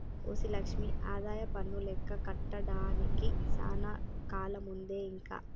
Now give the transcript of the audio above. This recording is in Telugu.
ఓసి లక్ష్మి ఆదాయపన్ను లెక్క కట్టడానికి సానా కాలముందే ఇంక